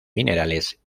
minerales